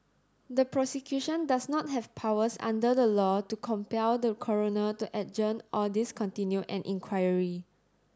the Prosecution does not have powers under the law to compel the Coroner to adjourn or discontinue an inquiry